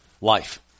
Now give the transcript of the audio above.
life